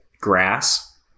grass